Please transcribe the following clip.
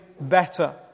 better